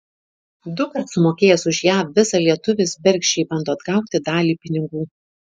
dukart sumokėjęs už jav vizą lietuvis bergždžiai bando atgauti dalį pinigų